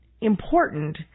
important